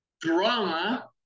drama